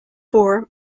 for